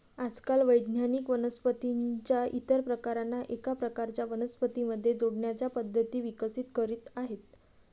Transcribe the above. आजकाल वैज्ञानिक वनस्पतीं च्या इतर प्रकारांना एका प्रकारच्या वनस्पतीं मध्ये जोडण्याच्या पद्धती विकसित करीत आहेत